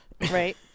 Right